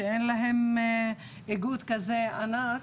שאין להם איגוד כזה ענק,